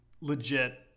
legit –